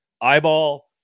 Eyeball